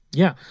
yeah.